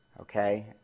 okay